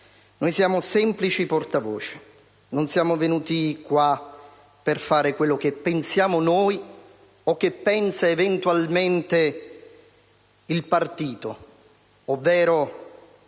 noi siamo semplici portavoce: non siamo venuti qua per fare quello che pensiamo noi o ciò che pensa eventualmente il partito, ovvero